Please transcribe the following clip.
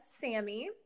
Sammy